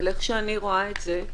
אבל איך שאני רואה את זה,